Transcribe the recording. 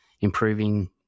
improving